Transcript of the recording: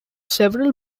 several